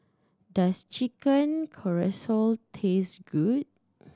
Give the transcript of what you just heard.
does Chicken Casserole taste good